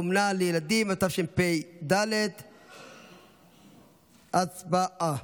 (אומנה לילדים), התשפ"ד 2023. הצבעה.